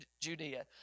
Judea